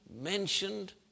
mentioned